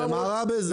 לא לבנות בית חולים,